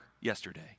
yesterday